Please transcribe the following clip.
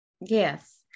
Yes